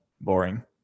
boring